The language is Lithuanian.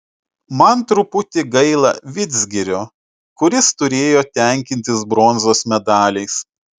man truputį gaila vidzgirio kuris turėjo tenkintis bronzos medaliais